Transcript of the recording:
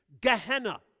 Gehenna